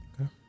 Okay